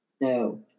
No